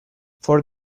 for